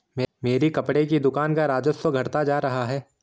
मेरी कपड़े की दुकान का राजस्व घटता जा रहा है